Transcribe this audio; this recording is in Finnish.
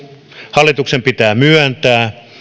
hallituksen pitää myöntää